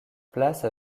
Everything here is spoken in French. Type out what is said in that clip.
place